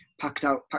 packed-out